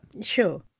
Sure